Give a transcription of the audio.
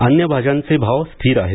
अन्य भाज्यांचे भाव स्थिर आहेत